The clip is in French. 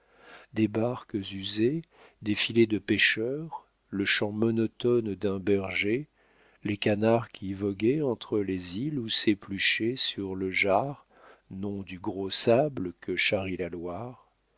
des barques usées des filets de pêcheurs le chant monotone d'un berger les canards qui voguaient entre les îles ou s'épluchaient sur le jard nom du gros sable que charrie la loire